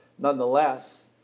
Nonetheless